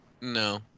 No